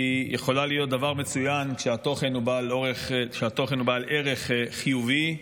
היא יכולה להיות דבר מצוין כשהתוכן הוא בעל ערך חיובי,